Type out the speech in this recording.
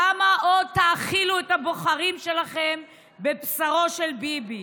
כמה עוד תאכילו את הבוחרים שלכם בבשרו של ביבי?